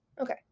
Okay